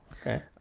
okay